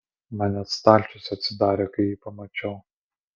man net stalčius atsidarė kai jį pamačiau